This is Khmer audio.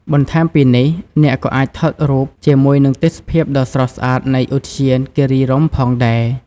បន្ថែមពីនេះ អ្នកក៏អាចថតរូបជាមួយនឹងទេសភាពដ៏ស្រស់ស្អាតនៃឧទ្យានគិរីរម្យផងដែរ។